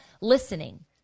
listening